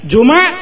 Juma